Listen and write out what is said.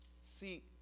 See